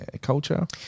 culture